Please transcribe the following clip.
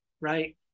right